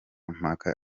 mpaka